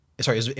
sorry